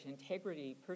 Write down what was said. integrity